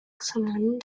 examining